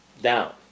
down